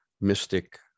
mystic